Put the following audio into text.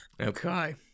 Okay